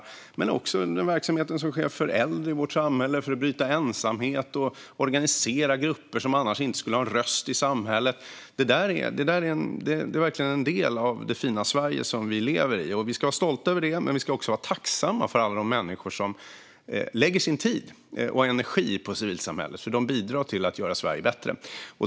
Men det handlar också om den verksamhet som sker för äldre i vårt samhälle för att bryta ensamhet och att organisera grupper som annars inte skulle ha en röst i samhället. Det är verkligen en del av det fina Sverige som vi lever i. Vi ska vara stolta över det. Men vi ska också vara tacksamma för alla de människor som lägger sin tid och energi på civilsamhället. De bidrar till att göra Sverige bättre.